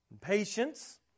Patience